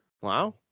Wow